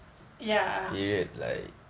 ya